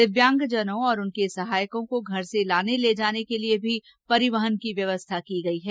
दिव्यांगजनों और उनके सहायकों को घर से लाने ले जाने के लिए भी परिवहन की व्यवस्था की गई है